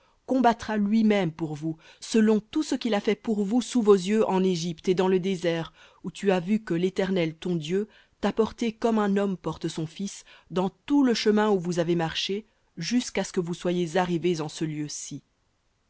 combattra lui-même pour vous selon tout ce qu'il a fait pour vous sous vos yeux en égypte et dans le désert où tu as vu que l'éternel ton dieu t'a porté comme un homme porte son fils dans tout le chemin où vous avez marché jusqu'à ce que vous soyez arrivés en ce lieu-ci